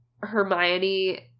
Hermione